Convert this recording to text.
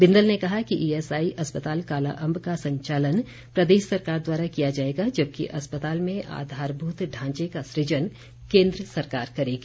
बिंदल ने कहा कि ईएसआई अस्पताल कालाअंब का संचालन प्रदेश सरकार द्वारा किया जाएगा जबकि अस्पताल में आधारभूत ढांचे का सृजन केन्द्र सरकार करेगी